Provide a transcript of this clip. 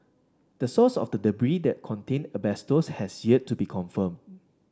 the source of the debris that contained asbestos has yet to be confirmed